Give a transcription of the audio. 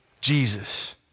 Jesus